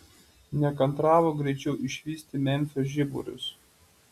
nekantravo greičiau išvysti memfio žiburius